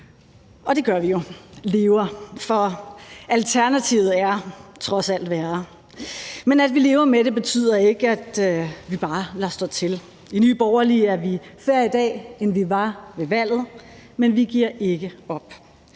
Og det gør vi jo, lever, for alternativet er trods alt værre. Men at vi lever med det, betyder ikke, at vi bare lader stå til. I Nye Borgerlige er vi færre i dag, end vi var ved valget, men vi giver ikke op.